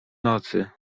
nocy